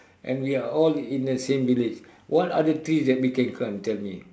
and we are all in the same village what other trees that we can climb tell me